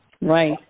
Right